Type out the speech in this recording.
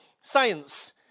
science